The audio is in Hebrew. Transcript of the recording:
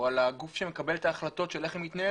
או על הגוף שמקבל את ההחלטות של איך היא מתנהלת,